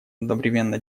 одновременно